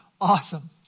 Awesome